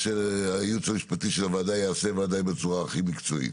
שהייעוץ המשפטי של הוועדה יעשה בוודאי בצורה הכי מקצועית.